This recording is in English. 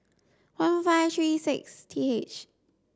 one five three six T H